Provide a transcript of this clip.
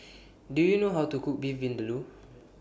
Do YOU know How to Cook Beef Vindaloo